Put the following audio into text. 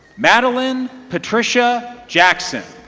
madeline patricia jackson.